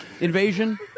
invasion